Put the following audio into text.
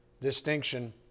distinction